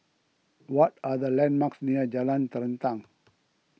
what are the landmarks near Jalan Terentang